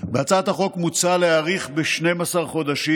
בהצעת החוק מוצע להאריך ב-12 חודשים,